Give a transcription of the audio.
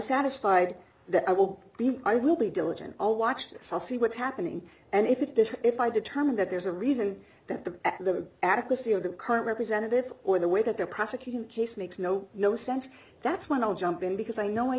satisfied that i will be i will be diligent all watch this i'll see what's happening and if it does if i determine that there's a reason that the adequacy of the current representative or the way that they're prosecuting the case makes no no sense that's when i'll jump in because i know i